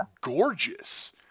gorgeous